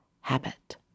habit